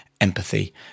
empathy